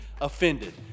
offended